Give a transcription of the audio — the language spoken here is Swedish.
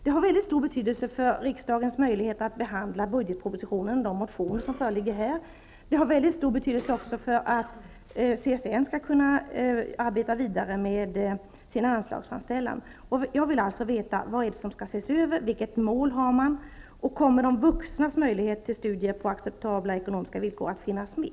Det har mycket stor betydelse för riksdagens möjlighet att behandla budgetpropositionen och de motioner som föreligger, och det har mycket stor betydelse också för att CSN skall kunna arbeta vidare med sin anslagsframställan. Jag vill alltså veta vad det är som skall ses över, vilket mål man har och om de vuxnas möjligheter till studier på acceptabla ekonomiska villkor kommer att finnas med.